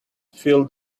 fill